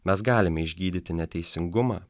mes galime išgydyti neteisingumą